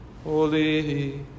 Holy